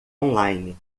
online